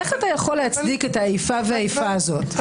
איך אתה יכול להצדיק את האיפה והאיפה הזאת?